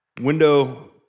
window